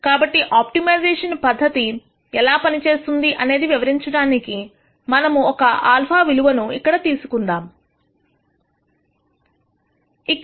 కాబట్టి ఆప్టిమైజేషన్ పద్ధతి ఎలా పనిచేస్తుంది అనేది వివరించడానికి మనము ఒక α విలువ ను ఇక్కడ తీసుకుందాము ఇక్కడ మనము 0